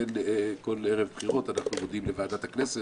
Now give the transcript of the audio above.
ולכן כל ערב בחירות אנחנו מודיעים לוועדת הכנסת,